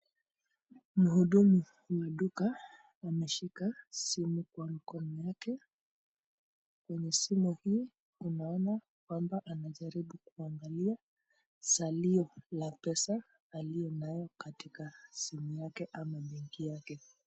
Mhudumu wa duka anashika simu kwa mikono yake. Kwenye simu hii naona kwamba anajaribu kuangalia salio la pesa aliyenayo katika simu yake